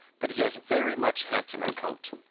but he has a very much handsomer coat.